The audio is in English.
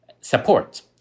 support